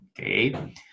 Okay